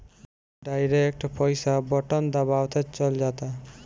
direct पईसा button दबावते चल जाता